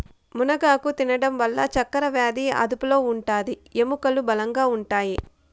మునగాకు తినడం వల్ల చక్కరవ్యాది అదుపులో ఉంటాది, ఎముకలు బలంగా ఉంటాయి